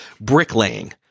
bricklaying